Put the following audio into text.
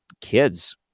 kids